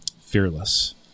Fearless